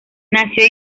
nació